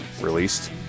released